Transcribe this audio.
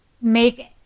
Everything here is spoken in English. make